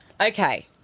Okay